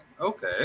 okay